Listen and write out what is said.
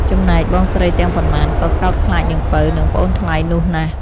ចំណែកបងស្រីទាំងប៉ុន្មានក៏កោតខ្លាចនាងពៅ និងប្អូនថ្លៃនោះណាស់។